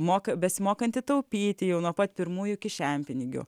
moka besimokanti taupyti jau nuo pat pirmųjų kišenpinigių